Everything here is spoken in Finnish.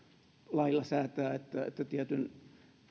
lailla säätää että tietyn